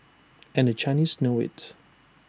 and the Chinese know IT